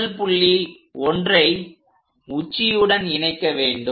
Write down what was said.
முதல் புள்ளி 1ஐ உச்சியுடன் இணைக்க வேண்டும்